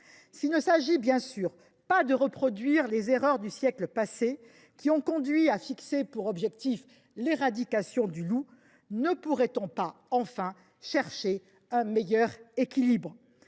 de leurs frais. Sans reproduire les erreurs du siècle passé – elles ont conduit à fixer pour objectif l’éradication du loup –, ne pourrait on pas, enfin, chercher un meilleur équilibre ?